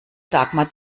dagmar